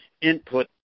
input